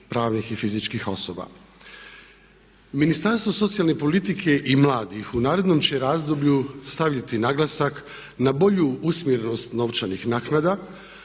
pravnih i fizičkih osoba. Ministarstvo socijalne politike i mladih u narednom će razdoblju staviti naglasak na bolju usmjerenost novčanih naknada,